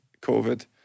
covid